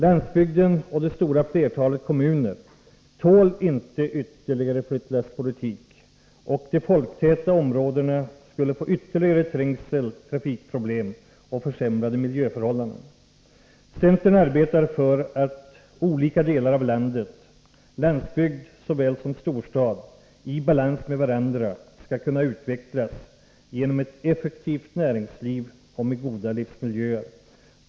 Landsbygden och det stora flertalet kommuner tål inte ytterligare flyttlasspolitik. De folktäta områdena skulle få ytterligare trängsel, trafikproblem och försämrade miljöförhållanden. Centern arbetar för att olika delar av landet, landsbygd såväl som storstad, i balans med varandra skall kunna utvecklas genom ett effektivt näringsliv och med goda livsmiljöer.